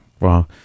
Wow